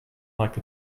like